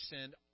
send